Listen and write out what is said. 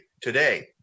Today